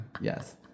Yes